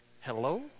Hello